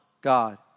God